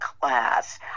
class